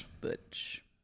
butch